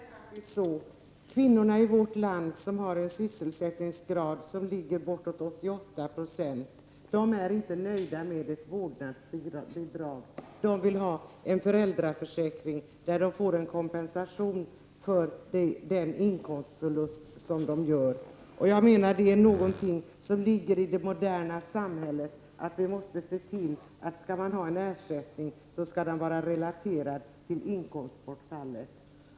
Herr talman! Kvinnorna i vårt land, som har en sysselsättningsgrad på 88 70, är inte nöjda med ett vårdnadsbidrag. De vill ha en föräldraförsäkring, där de får en kompensation för den inkomstförlust som de gör. Det moderna samhället måste se till att ersättningen är relaterad till inkomstbortfallet.